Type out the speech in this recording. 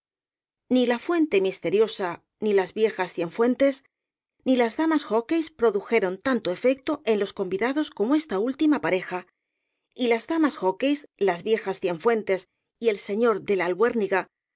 ni la fuente misteriosa ni las viejas cienfuentes ni las damas jockeys produjeron tanto efecto en los convidados como esta última pareja y las damas jockeys las viejas cienfuentes y el señor de la